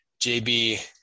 JB